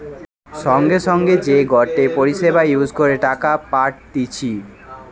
সঙ্গে সঙ্গে যে গটে পরিষেবা ইউজ করে টাকা পাঠতিছে